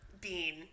bean